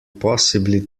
possibly